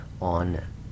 on